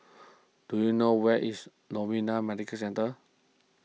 do you know where is Novena Medical Centre